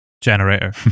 generator